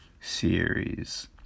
series